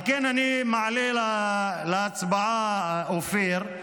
על כן, אני מעלה להצבעה, אופיר,